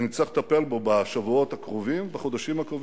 ואנחנו לא יכולים לשאת נטלים שונים בלי שנכפיל